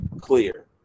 clear